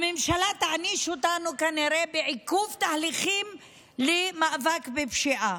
הממשלה תעניש אותנו כנראה בעיכוב תהליכים למאבק בפשיעה.